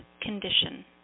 condition